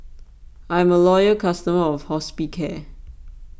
I'm a loyal customer of Hospicare